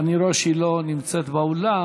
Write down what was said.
אני רואה שהיא לא נמצאת באולם.